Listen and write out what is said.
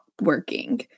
working